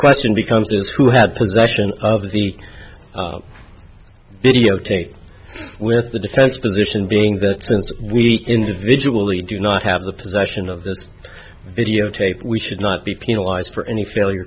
question becomes this who had possession of the videotape where the defense position being that since we individually do not have the possession of this videotape we should not be penalized for any failure